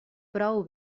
prou